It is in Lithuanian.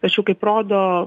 tačiau kaip rodo